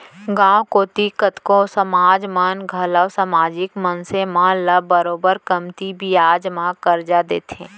गॉंव कोती कतको समाज मन घलौ समाजिक मनसे मन ल बरोबर कमती बियाज म करजा देथे